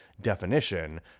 definition